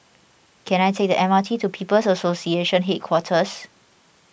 can I take the M R T to People's Association Headquarters